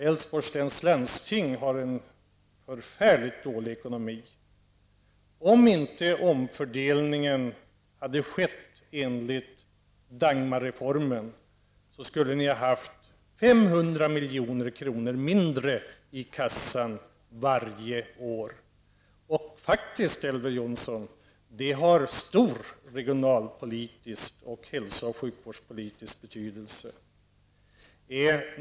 Älvsborgs läns landsting har en förfärligt dålig ekonomi. Om det inte hade skett en omfördelning enligt Dagmarreformen, hade Älvsborgs läns landsting haft 500 milj.kr. mindre i kassan varje år. Dagmarreformen har faktiskt haft stor regionalpolitisk och hälso och sjukvårdspolitisk betydelse, Elver Jonsson.